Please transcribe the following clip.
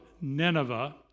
Nineveh